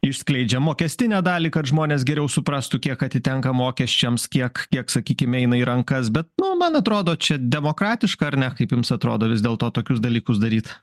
išskleidžia mokestinę dalį kad žmonės geriau suprastų kiek atitenka mokesčiams kiek kiek sakykim eina į rankas bet nu man atrodo čia demokratiška ar ne kaip jums atrodo vis dėlto tokius dalykus daryt